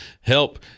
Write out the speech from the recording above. help